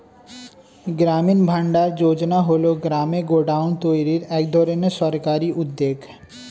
গ্রামীণ ভান্ডার যোজনা হল গ্রামে গোডাউন তৈরির এক ধরনের সরকারি উদ্যোগ